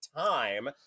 time